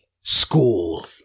school